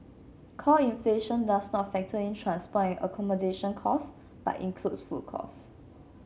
core inflation does not factor in transport and accommodation costs but includes food costs